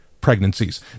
pregnancies